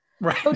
Right